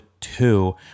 Two